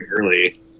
early